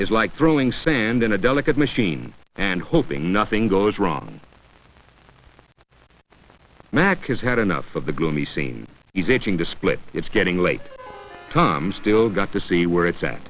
is like throwing sand in a delicate machine and hoping nothing goes wrong max has had enough of the gloomy scene he's itching to split it's getting late time still got to see where it's at